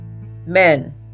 Men